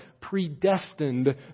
predestined